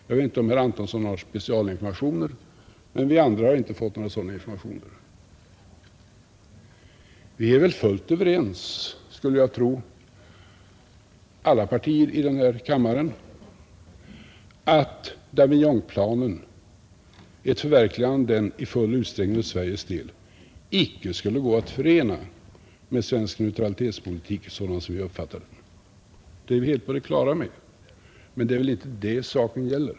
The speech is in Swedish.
Jag vet inte om herr Antonsson har specialinformationer, men vi andra har i varje fall inte fått några sådana informationer. Jag skulle tro att alla partier i denna kammare är fullt överens om att ett förverkligande av Davignonplanen för Sveriges del icke skulle gå att förena med svensk neutralitetspolitik sådan vi uppfattar den. Det är vi helt på det klara med, men det är väl inte det saken gäller.